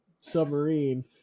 submarine